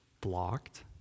blocked